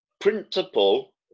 principle